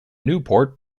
newport